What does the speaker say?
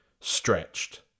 stretched